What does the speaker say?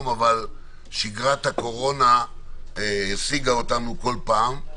אבל שגרת הקורונה השיגה אותנו כל פעם.